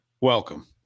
welcome